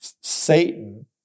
Satan